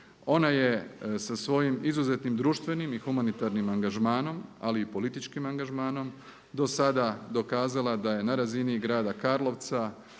Ona je sa svojim izuzetnim društvenim i humanitarnim angažmanom ali i političkim angažmanom do sada dokazala da je na razini grada Karlovca,